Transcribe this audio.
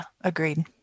agreed